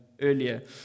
earlier